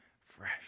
fresh